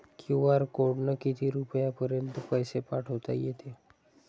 QR कोडनं किती रुपयापर्यंत पैसे पाठोता येते?